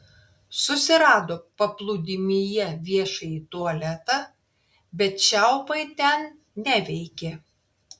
susirado paplūdimyje viešąjį tualetą bet čiaupai ten neveikė